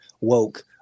woke